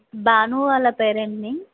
భాను వాళ్ళ పేరెంట్ని